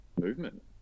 movement